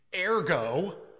Ergo